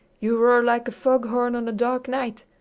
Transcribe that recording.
you roar like a foghorn on a dark night.